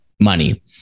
Money